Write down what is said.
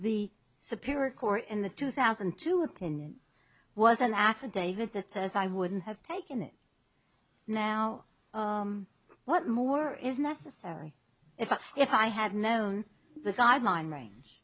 the superior court in the two thousand and two opinion was an affidavit that says i wouldn't have taken it now what more is necessary if if i had known the guidelines